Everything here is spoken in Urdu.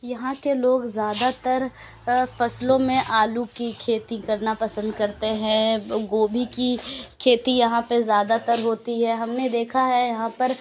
یہاں کے لوگ زیادہ تر فصلوں میں آلو کی کھیتی کرنا پسند کرتے ہیں گوبھی کی کھیتی یہاں پہ زیادہ تر ہوتی ہے ہم نے دیکھا ہے یہاں پر